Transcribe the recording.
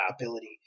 ability